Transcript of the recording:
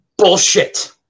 Bullshit